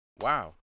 Wow